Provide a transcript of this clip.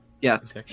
Yes